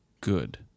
good